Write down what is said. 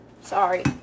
Sorry